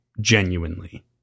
genuinely